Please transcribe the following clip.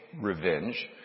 revenge